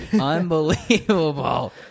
Unbelievable